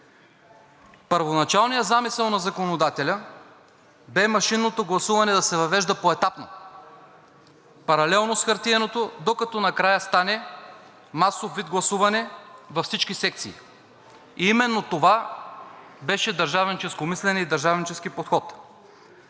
Първоначалният замисъл на законодателя бе машинното гласуване да се въвежда поетапно, паралелно с хартиеното, докато накрая стане масов вид гласуване във всички секции. Именно това беше държавническо мислене и държавнически подход.